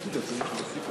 אני מתכבד להזמין את